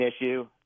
issue